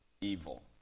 Evil